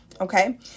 Okay